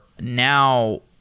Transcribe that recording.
now